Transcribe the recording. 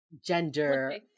gender